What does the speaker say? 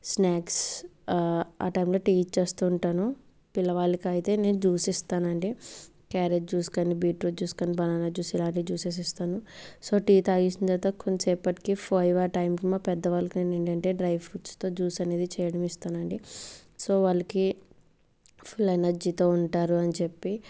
snacks ఆ టైంలో tea ఇచ్చేస్తూ ఉంటాను పిల్లవాళ్ళకి అయితే నేను జ్యూస్ ఇస్తానండి క్యారెట్ జ్యూస్ కానీ బీట్రూట్ జ్యూస్ కానీ బనానా జ్యూస్ ఇలాంటి జూసెస్ ఇస్తాను సో టీ తాగేసిన తర్వాత కొంతసేపటికి ఫైవ్ ఆ టైంకి పెద్దవాళ్ళకి నేను ఏంటంటే డ్రై ఫ్రూట్స్తో జ్యూస్ అనేది చేయడం ఇస్తానండి సో వాళ్ళకి ఫుల్ ఎనర్జీతో ఉంటారు అని చెప్పి